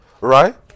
right